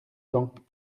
temps